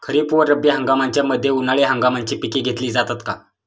खरीप व रब्बी हंगामाच्या मध्ये उन्हाळी हंगामाची पिके घेतली जातात का?